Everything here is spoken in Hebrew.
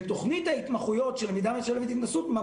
בתוכנית ההתמחויות של למידה משלבת התנסות,